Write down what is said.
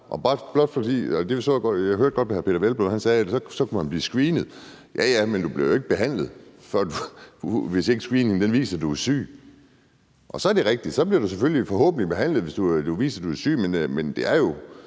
Jeg hørte godt, at hr. Peder Hvelplund sagde, at så kunne man bliver screenet. Ja, ja, men du bliver jo ikke behandlet, hvis ikke screeningen viser, du er syg. Så er det rigtigt, at så bliver du forhåbentlig behandlet, hvis det viser sig, at du er syg.